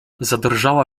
zadrżała